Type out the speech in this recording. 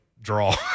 draw